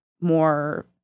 more